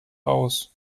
aus